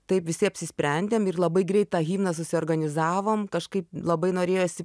taip visi apsisprendėm ir labai greit tą himną susiorganizavom kažkaip labai norėjosi